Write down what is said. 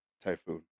typhoon